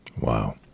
Wow